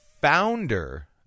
founder